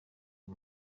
uyu